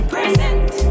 Present